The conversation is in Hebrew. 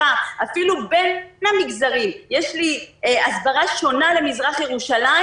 אפילו בין המגזרים יש לי הסברה שונה למזרח-ירושלים